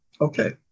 Okay